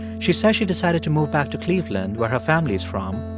she says she decided to move back to cleveland, where her family is from,